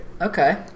Okay